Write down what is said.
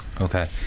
Okay